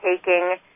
taking